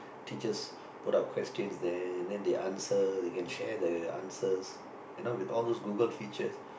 teachers put out question there and then they answers they can share the answers and now with all those Google features